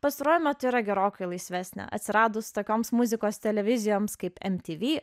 pastaruoju metu yra gerokai laisvesnė atsiradus tokioms muzikos televizijoms kaip mtv